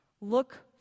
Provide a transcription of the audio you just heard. Look